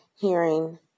hearing